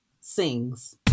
Sings